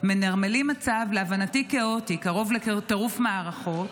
מנרמלים מצב, להבנתי כאוטי, קרוב לטירוף מערכות,